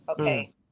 okay